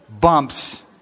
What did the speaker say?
bumps